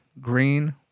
green